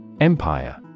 Empire